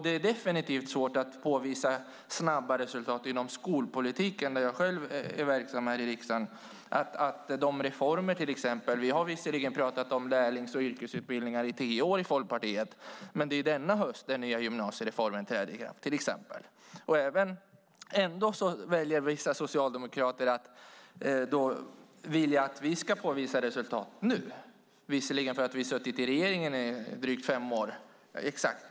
Det är definitivt svårt att påvisa snabba resultat inom skolpolitiken, där jag själv är verksam här i riksdagen. Det gäller till exempel reformer. Vi har visserligen inom Folkpartiet talat om lärlings och yrkesutbildningar i tio år. Men det är denna höst den nya gymnasiereformen träder i kraft, till exempel. Ändå vill vissa socialdemokrater att vi ska påvisa resultat nu. Vi har visserligen suttit i regeringen i fem år.